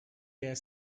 their